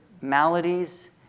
maladies